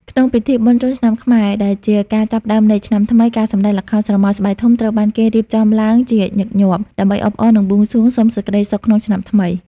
ក្នុងពិធីបុណ្យចូលឆ្នាំខ្មែរ ដែលជាការចាប់ផ្តើមនៃឆ្នាំថ្មី ការសម្តែងល្ខោនស្រមោលស្បែកធំ ត្រូវបានគេរៀបចំឡើងជាញឹកញាប់ ដើម្បីអបអរ និងបួងសួងសុំសេចក្តីសុខក្នុងឆ្នាំថ្មី។